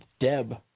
Deb